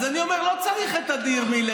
אז אני אומר: לא צריך את אדיר מילר,